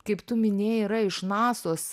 kaip tu minėjai yra iš nasos